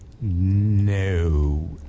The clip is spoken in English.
No